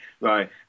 right